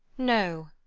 no,